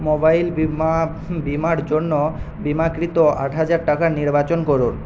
mobile বিমা বিমার জন্য বিমাকৃত আট হাজার টাকা নির্বাচন করুন